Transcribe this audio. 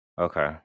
Okay